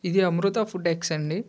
ఇది అమృత ఫుడెక్స్ అండి